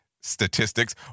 statistics